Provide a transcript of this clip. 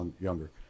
younger